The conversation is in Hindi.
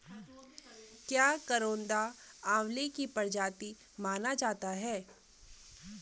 क्या करौंदा आंवले की प्रजाति माना जाता है?